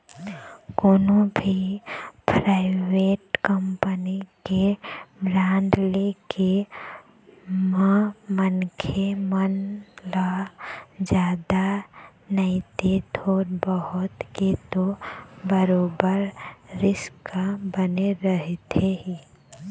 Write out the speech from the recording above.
कोनो भी private company के बांड के ले म मनखे मन ल जादा नइते थोर बहुत के तो बरोबर रिस्क बने रहिथे ही